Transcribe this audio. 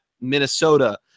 Minnesota